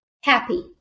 happy